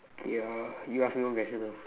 k uh you ask me one question now